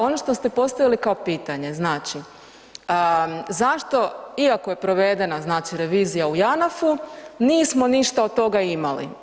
Ono što ste postavili kao pitanje, znači zašto iako je provedena znači revizija u Janafu nismo ništa od toga imali?